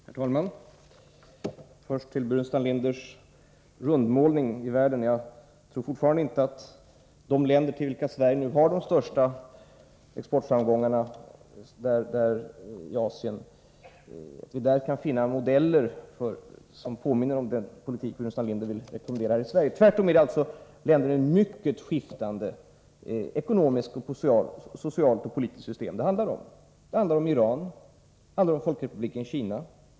Herr talman! Först till Burenstam Linders rundmålning! Jag tror fortfarande inte att vi bland de länder i Asien där Sverige nu har de största exportframgångarna kan finna modeller som påminner om den politik som Burenstam Linder vill rekommendera här i Sverige. Tvärtom rör det sig om länder med mycket skiftande ekonomiska, sociala och politiska system. Det handlar om Iran och Folkrepubliken Kina.